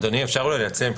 אדוני, אפשר אולי להציע?